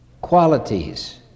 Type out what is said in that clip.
qualities